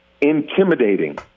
intimidating